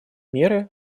меры